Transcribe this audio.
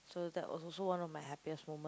so that was also one of my happiest moment